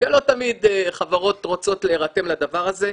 כי לא תמיד חברות רוצות להירתם לדבר הזה,